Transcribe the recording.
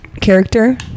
character